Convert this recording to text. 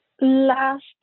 last